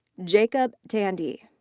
jacob tandy.